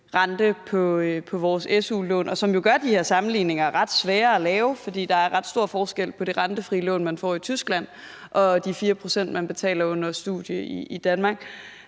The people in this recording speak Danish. rente på vores su-lån, hvilket jo gør, at de her sammenligninger er ret svære at lave, fordi der er ret stor forskel på det rentefrie lån, man får i Tyskland, og de 4 pct., man betaler på et su-lån under